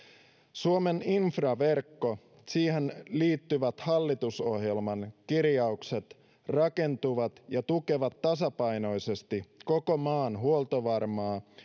suomen infraverkkoon liittyvät hallitusohjelman kirjaukset rakentuvat ja tukevat tasapainoisesti koko maan huoltovarmaa